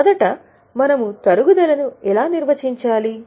మొదట మనము తరుగుదలని ఎలా నిర్వచించాలి